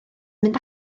mynd